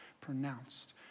pronounced